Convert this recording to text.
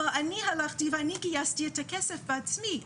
אבל אני הלכתי, ואני גייסתי את הכסף בעצמי.